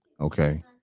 Okay